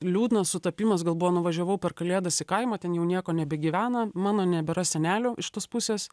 liūdnas sutapimas gal buvo nuvažiavau per kalėdas į kaimą ten jau nieko nebegyvena mano nebėra senelių iš tos pusės